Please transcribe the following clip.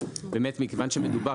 מכיוון שמדובר,